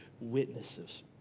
witnesses